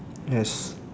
yes